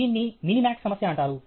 దీన్ని మినిమాక్స్ సమస్య అంటారు